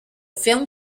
film